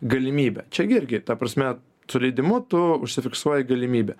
galimybę čia irgi ta prasme su leidimu tu užsifiksuoji galimybę